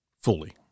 fully